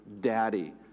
Daddy